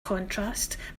contrast